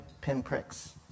pinpricks